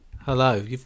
Hello